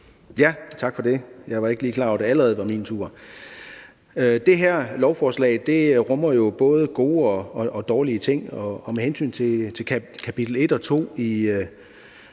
Tak for det. Jeg var ikke lige klar over, at det allerede var min tur. Det her lovforslag rummer jo både gode og dårlige ting. Med hensyn til kapitel 1 og 2 i